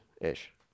ish